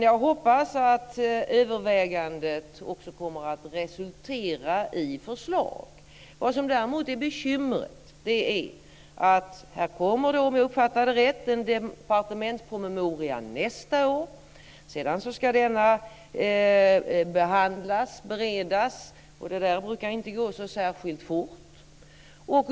Jag hoppas att övervägandet också kommer att resultera i förslag. Vad som däremot är bekymret är att här kommer det, om jag uppfattar det rätt, en departementspromemoria nästa år. Sedan ska denna behandlas, beredas. Det brukar inte gå särskilt fort.